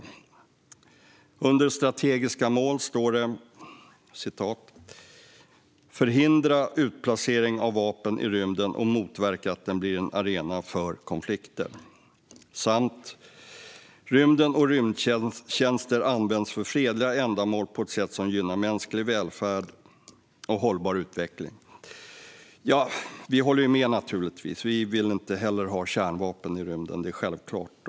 Det står att strategiska mål bör vara att "förhindra utplacering av vapen i rymden och motverka att den blir en arena för konflikter" samt "rymden och rymdtjänster används för fredliga ändamål på ett sätt som gynnar mänsklig välfärd och hållbar utveckling". Ja, vi håller naturligtvis med. Vi vill inte heller ha kärnvapen i rymden. Det är självklart.